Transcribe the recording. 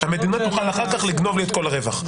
המדינה תוכל אחר כך לגנוב לו את כל הרווח.